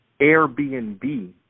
Airbnb